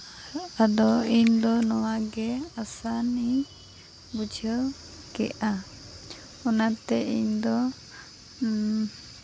ᱟᱫᱚ ᱤᱧᱫᱚ ᱱᱚᱣᱟ ᱜᱮ ᱟᱥᱟᱱᱤᱧ ᱵᱩᱡᱷᱟᱹᱣ ᱠᱮᱜᱼᱟ ᱚᱱᱟᱛᱮ ᱤᱧᱫᱚ